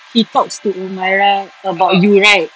he talks to humairah about you right